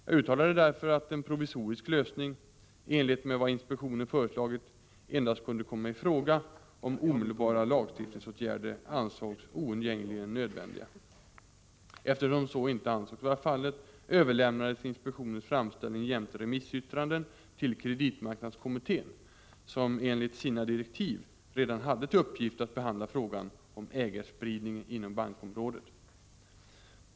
Jag uttalade därför att en provisorisk lösning i enlighet med vad inspektionen föreslagit endast kunde komma i fråga om omedelbara lagstiftningsåtgärder ansågs oundgängligen nödvändiga. Eftersom så inte ansågs vara fallet överlämnades inspektionens framställning jämte remissyttranden till kreditmarknadskommittén , som enligt sina direktiv redan hade till uppgift att behandla frågan om ägarspridning inom bankområdet.